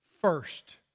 first